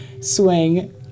swing